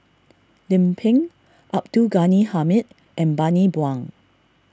Lim Pin Abdul Ghani Hamid and Bani Buang